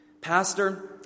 Pastor